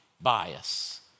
bias